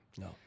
No